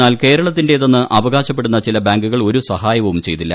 എന്നാൽ കേരളത്തിന്റേതെന്ന് അവകാശപ്പെടുന്ന ചില ബാങ്കുകൾ ഒരു സഹായവും ചെയ്തില്ല